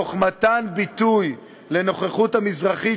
תוך מתן ביטוי לנוכחות המזרחית,